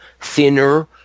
thinner